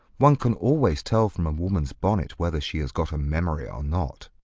one can always tell from a woman's bonnet whether she has got a memory or not.